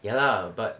ya lah but